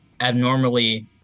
abnormally